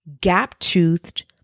gap-toothed